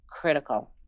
critical